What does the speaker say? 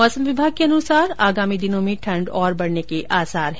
मौसम विभाग के अनुसार आगामी दिनों में ठंड और बढ़ने के आसार है